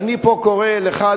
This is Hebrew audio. ואני פה קורא לך,